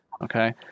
Okay